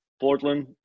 Portland